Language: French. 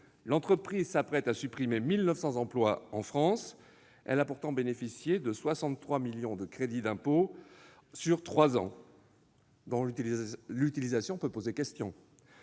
L'entreprise s'apprête à supprimer 1 900 emplois en France. Elle a pourtant bénéficié de 63 millions d'euros de crédit d'impôt sur trois ans, dont l'utilisation peut poser question.